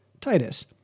Titus